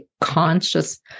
conscious